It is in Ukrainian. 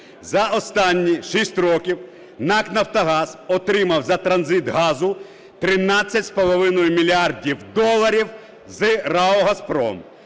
За останні 6 років НАК "Нафтогаз" отримав за транзит газу 13,5 мільярда доларів з ПАО "Газпром",